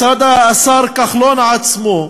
מצד השר כחלון עצמו,